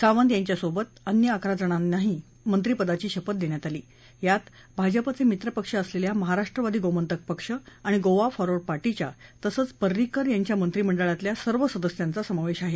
सावंत यांच्यासोबत अन्य अकरा जणांनाही मंत्रीपदाची शपथ देण्यात आली यामध्ये भाजपचे मित्र पक्ष असलेल्या महाराष्ट्रवादी गोमंतक पक्ष आणि गोवा फॉरवर्ड पार्टीच्या तसंच पर्रीकर यांच्या मंत्रीमंडळातल्या सर्व सदस्यांचा समावेश आहे